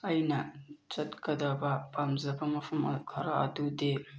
ꯑꯩꯅ ꯆꯠꯀꯗꯕ ꯄꯥꯝꯖꯕ ꯃꯐꯝ ꯈꯔ ꯑꯗꯨꯗꯤ